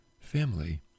family